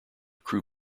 crew